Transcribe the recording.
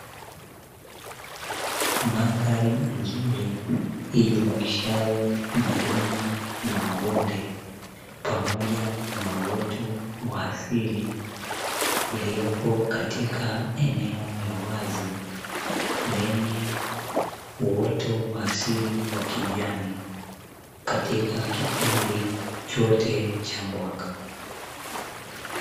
Mandhari nzuri ijumuishayo milima na mabonde pamoja na uoto wa asili, uliopo katika eneo la wazi lenye uoto wa asili wa kijani katika kipindi chote cha mwaka.